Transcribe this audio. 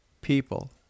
people